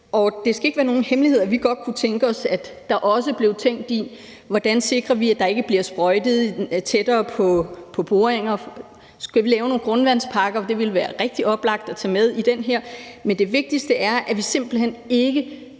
Og det skal ikke være nogen hemmelighed, at vi godt kunne tænke os, at der også blev tænkt i, hvordan vi sikrer, at der ikke bliver sprøjtet tættere på boringer. Skal vi lave nogle grundvandsparker? Det ville være rigtig oplagt at tage med i det her. Men det vigtigste er, at vi simpelt hen ikke